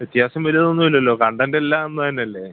വ്യത്യാസം വലുതൊന്നും ഇല്ലല്ലോ കണ്ടൻ്റെല്ലാം ഒന്നു തന്നെയല്ലേ